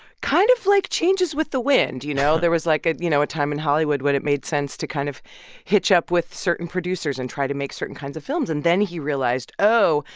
kind of, like, changes with the wind, you know? there was, like, a, you know, a time in hollywood when it made sense to kind of hitch up with certain producers and try to make certain kinds of films. and then he realized, oh,